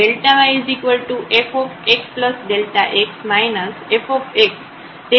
તેથી yfxΔx fx